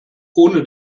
ohne